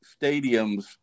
stadiums